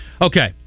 Okay